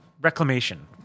reclamation